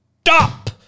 stop